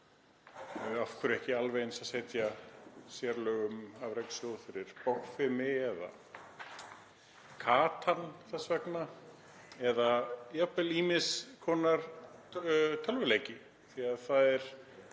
Af hverju ekki alveg eins að setja sérlög um afrekssjóð fyrir bogfimi eða Catan þess vegna eða jafnvel ýmiss konar tölvuleiki því að það er